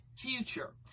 future